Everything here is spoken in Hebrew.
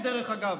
דרך אגב.